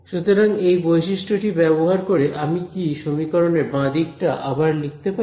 সুতরাং এই বৈশিষ্ট্যটি ব্যবহার করে আমি কি সমীকরণের বাঁ দিকটা আবার লিখতে পারি